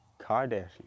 Kardashian